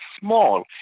small